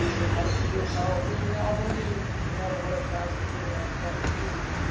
then how does it create power? we now believe that no matter what our past has been, we have a spotless future.